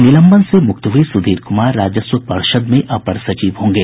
निलंबन से मुक्त हुए सुधीर कुमार राजस्व पर्षद में अपर सचिव होंगे